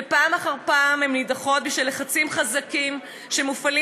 ופעם אחר פעם הן נדחות בשל לחצים חזקים שמופעלים